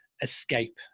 escape